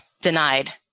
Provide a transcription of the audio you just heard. denied